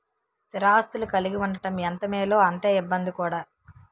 స్థిర ఆస్తులు కలిగి ఉండడం ఎంత మేలో అంతే ఇబ్బంది కూడా